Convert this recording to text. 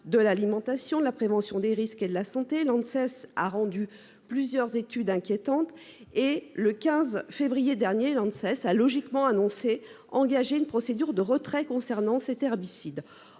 de l'alimentation de la prévention des risques et de la Santé Lanxess a rendu plusieurs études inquiétantes et le 15 février dernier, lançait sa logiquement annoncé engager une procédure de retrait concernant cet herbicide.